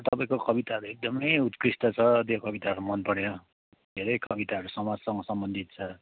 तपाईँको कविताहरू एकदमै उत्कृष्ट छ त्यो कविताहरू मन पऱ्यो धेरै कविताहरू समाजसँग सम्बन्धित छ